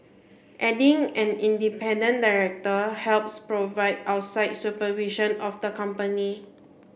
adding an independent director helps provide outside supervision of the company